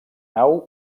nau